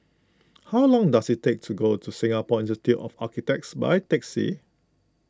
how long does it take to get to Singapore Institute of Architects by taxi